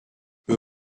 wij